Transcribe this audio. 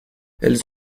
elles